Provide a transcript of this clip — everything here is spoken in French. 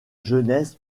jeunesse